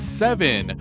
seven